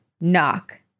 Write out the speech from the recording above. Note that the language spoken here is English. knock